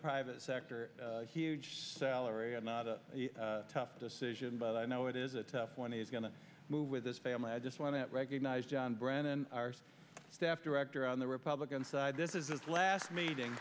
private sector huge salary and not a tough decision but i know it is a tough one he's going to move with this family i just want to recognize john brennan our staff director on the republican side this is his last meeting